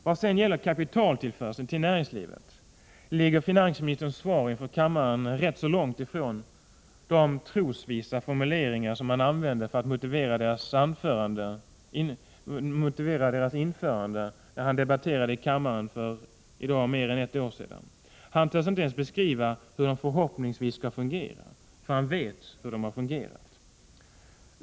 Vad gäller kapitaltillförseln till näringslivet ligger finansministerns svar inför kammaren rätt långt ifrån de trosvissa formuleringar som han för mer än ett år sedan använde i kammardebatten för att motivera löntagarfondernas införande. Han törs inte ens beskriva hur de förhoppningsvis skall fungera, för han vet hur de har fungerat.